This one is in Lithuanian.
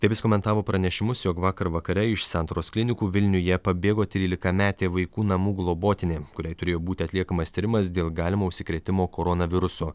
taip jis komentavo pranešimus jog vakar vakare iš santaros klinikų vilniuje pabėgo trylikametė vaikų namų globotinė kuriai turėjo būti atliekamas tyrimas dėl galimo užsikrėtimo koronavirusu